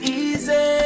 easy